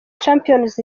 champions